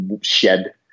shed